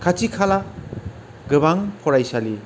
खाथि खाला गोबां फरायसालि